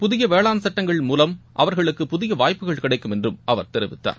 புதிய வேளான் சட்டங்கள் மூலம் அவர்களுக்கு புதிய வாய்ப்புகள் கிடைக்கும் என்றும் அவர் கூறினார்